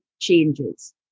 changes